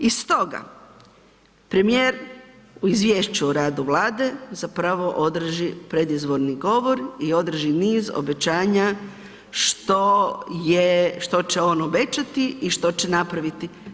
I stoga premijer u izvješću o radu Vlade zapravo održi predizborni govor i održi niz obećanja što će on obećati i što će napraviti.